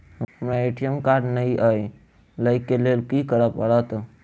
हमरा ATM card नै अई लई केँ लेल की करऽ पड़त?